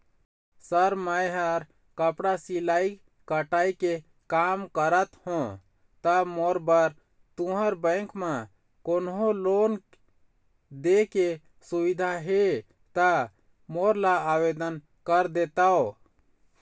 Sir मेहर कपड़ा सिलाई कटाई के कमा करत हों ता मोर बर तुंहर बैंक म कोन्हों लोन दे के सुविधा हे ता मोर ला आवेदन कर देतव?